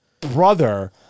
brother